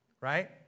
right